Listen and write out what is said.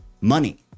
money